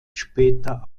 später